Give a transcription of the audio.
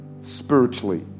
spiritually